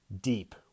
deep